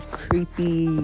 creepy